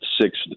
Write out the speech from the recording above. six